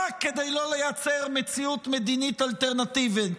כדי לא לייצר מציאות מדינית אלטרנטיבית.